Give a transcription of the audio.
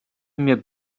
mir